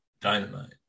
dynamite